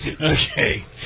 Okay